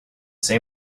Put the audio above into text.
say